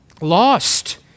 lost